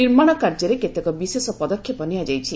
ନିର୍ମାଣ କାର୍ଯ୍ୟରେ କେତେକ ବିଶେଷ ପଦକ୍ଷେପ ନିଆଯାଇଛି